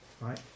Right